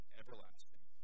everlasting